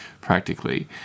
practically